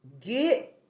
Get